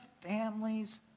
families